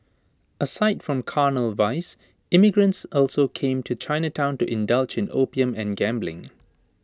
aside from carnal vice immigrants also came to Chinatown to indulge in opium and gambling